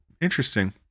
Interesting